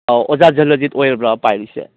ꯑꯧ ꯑꯣꯖꯥ ꯖꯜꯂꯖꯤꯠ ꯑꯣꯏꯔꯕ꯭ꯔꯥ ꯄꯥꯏꯔꯤꯁꯦ